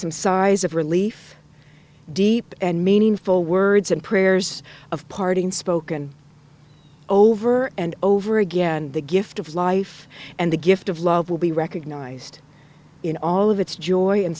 some sighs of relief deep and meaningful words and prayers of parting spoken over and over again the gift of life and the gift of love will be recognized in all of its joy